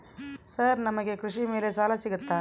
Sir ನಮಗೆ ಕೃಷಿ ಮೇಲೆ ಸಾಲ ಸಿಗುತ್ತಾ?